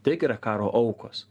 tai irgi yra karo aukos